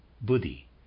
buddhi